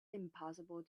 impossible